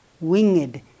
winged